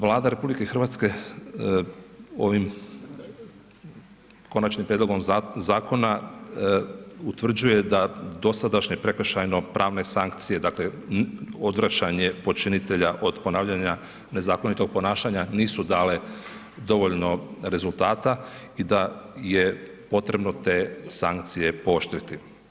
Vlada RH ovim konačnim prijedlogom zakona utvrđuje da dosadašnje prekršajno pravne sankcije, dakle odvraćanje počinitelja od ponavljanja nezakonitog ponašanja nisu dale dovoljno rezultata i da je potrebno te sankcije pooštriti.